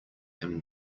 him